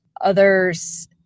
others